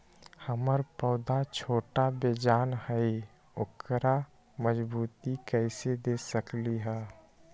हमर पौधा छोटा बेजान हई उकरा मजबूती कैसे दे सकली ह?